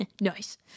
nice